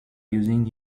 using